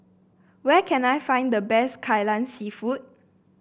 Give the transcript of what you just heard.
where can I find the best Kai Lan seafood